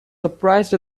surprised